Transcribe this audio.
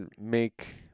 make